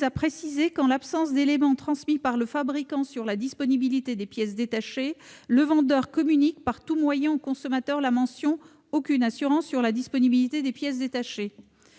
à préciser qu'en l'absence d'éléments transmis par le fabricant sur la disponibilité des pièces détachées le vendeur communique par tout moyen au consommateur la mention « aucune assurance sur la disponibilité des pièces détachées ».